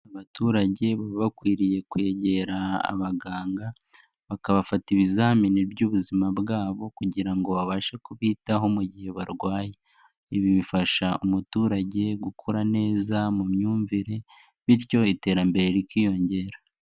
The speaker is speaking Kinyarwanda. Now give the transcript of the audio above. Abaturage baba bakwiriye kwegera abaganga, bakabafata ibizamini by'ubuzima bwabo kugira ngo babashe kubitaho mu gihe barwaye. Ibi bifasha umuturage gukura neza mu myumvire, bityo iterambere rikiyongera.